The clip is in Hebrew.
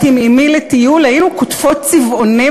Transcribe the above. עם אמי לטיול היינו קוטפות צבעונים,